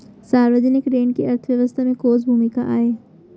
सार्वजनिक ऋण के अर्थव्यवस्था में कोस भूमिका आय?